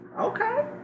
Okay